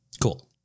Cool